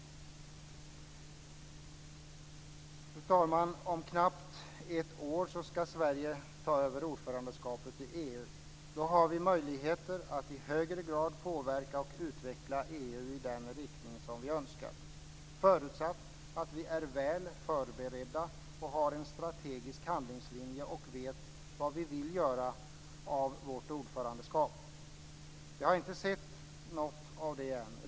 Fru talman! Om knappt ett år ska Sverige ta över ordförandeskapet i EU. Då har vi möjligheter att i högre grad påverka och utveckla EU i den riktning som vi önskar, förutsatt att vi är väl förberedda, har en strategisk handlingslinje och vet vad vi vill göra av vårt ordförandeskap. Jag har inte sett något av det ännu.